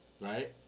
Right